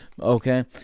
Okay